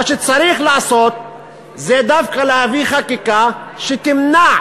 מה שצריך לעשות זה דווקא להעביר חקיקה שתמנע